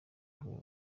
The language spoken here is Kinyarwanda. rwego